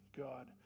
God